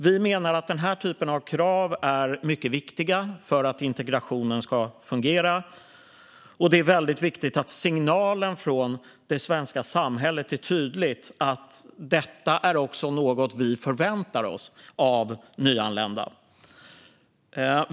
Vi menar att sådana krav är mycket viktiga för att integrationen ska fungera, och det är väldigt viktigt att signalen från det svenska samhället är tydlig om att detta också är något som vi förväntar oss av nyanlända.